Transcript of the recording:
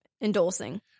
endorsing